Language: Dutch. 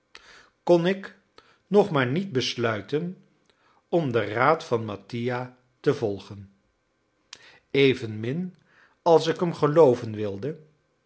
kon ik nog maar niet besluiten om den raad van mattia te volgen evenmin als ik hem gelooven wilde